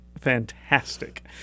fantastic